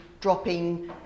dropping